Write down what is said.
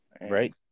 right